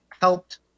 helped